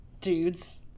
dudes